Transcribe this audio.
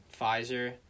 Pfizer